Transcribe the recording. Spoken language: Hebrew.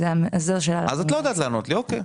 זו שאלה לממונה על השכר.